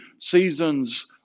seasons